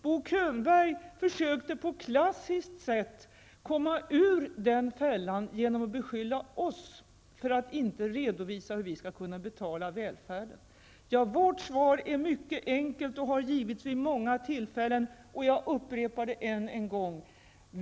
Bo Könberg försökte på klassiskt sätt komma ur den fällan genom att beskylla oss för att inte redovisa hur vi skall betala välfärden. Vårt svar är mycket enkelt och har givits vid många tillfällen, men jag upprepar det än en gång.